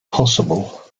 possible